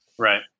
right